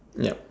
yup